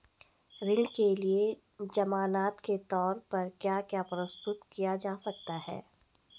ऋण के लिए ज़मानात के तोर पर क्या क्या प्रस्तुत किया जा सकता है?